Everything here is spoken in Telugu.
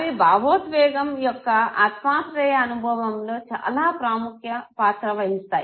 అవి భావోద్వేగం యొక్క ఆత్మాశ్రయ అనుభవంలో చాలా ప్రాముఖ పాత్ర వహిస్తాయి